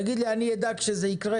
תגיד לי: אני אדאג שזה יקרה,